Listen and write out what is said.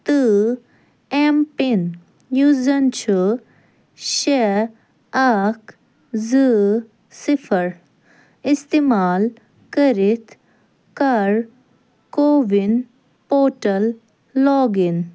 تہٕ M PIN یُس زن چھُ شےٚ اکھ زٕ صِفر اِستعمال کٔرِتھ کر کوٚوِن پورٹل لاگ اِن